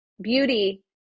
Beauty